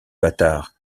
bâtard